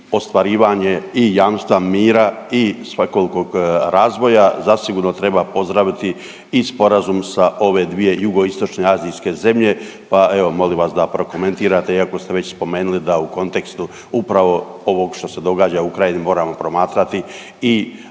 ostvarivanje i jamstva mira i svakolikog razvoja zasigurno treba pozdraviti i sporazum sa ove dvije jugoistočne azijske zemlje, pa evo molim vas da prokomentirate iako ste već spomenuli da u kontekstu upravo ovog što se događa u Ukrajini moramo promatrati